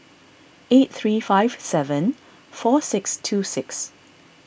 eight three five seven four six two six